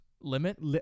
limit